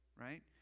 Right